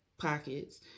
pockets